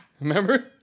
Remember